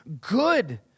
good